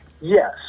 yes